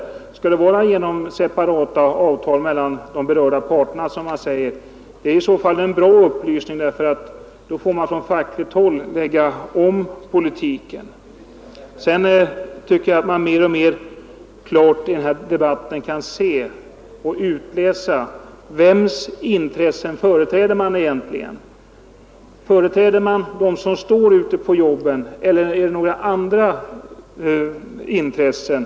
Skall det ske genom separata avtal mellan de berörda parterna som man säger? Det är i så fall en bra upplysning, därför att då får man från fackligt håll lägga om politiken. Vidare tycker jag att vi mer och mer i den här debatten kan se och utläsa vems intressen man egentligen företräder. Företräder man dem som står ute på jobben eller är det några andra intressen?